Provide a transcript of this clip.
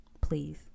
please